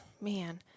man